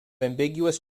ambiguous